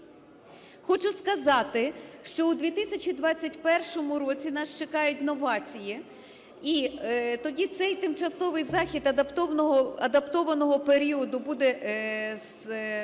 Хочу сказати, що у 2021 році нас чекають новації, і тоді цей тимчасовий захід адаптованого періоду буде скасований,